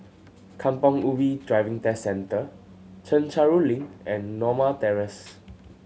Kampong Ubi Driving Test Centre Chencharu Link and Norma Terrace